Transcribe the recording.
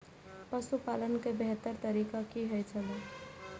पशुपालन के बेहतर तरीका की होय छल?